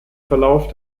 verlauf